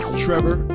trevor